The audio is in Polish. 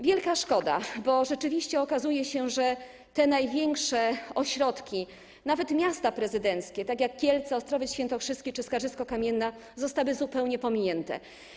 Wielka szkoda, bo rzeczywiście okazuje się, że największe ośrodki, nawet miasta prezydenckie tak jak Kielce, Ostrowiec Świętokrzyski czy Skarżysko-Kamienna, zostały zupełnie pominięte.